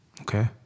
Okay